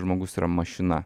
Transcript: žmogus yra mašina